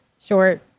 short